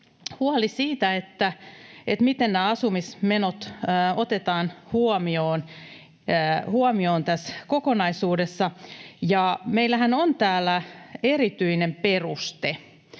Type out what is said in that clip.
huoli siitä, miten asumismenot otetaan huomioon tässä kokonaisuudessa, ja meillähän on täällä erityinen peruste.